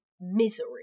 misery